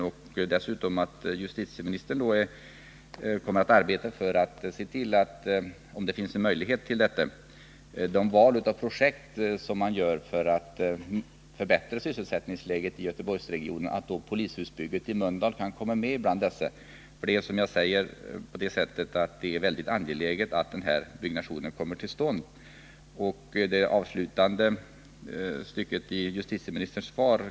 Likaså 13 maj 1980 behöver man veta om justitieministern kommer att arbeta för att polishuset i Mölndal — om det finns någon möjlighet härtill — kan komma med bland Om utredning av : ning vid SJ under kommer att se till att polishusbygget i Mölndal då står så högt upp på 1950-talet regeringens åtgärdslista att det kan förverkligas? projekten för att förbättra sysselsättningsläget i Göteborgsregionen. Det är synnerligen angeläget att detta bygge kommer till stånd.